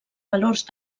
valors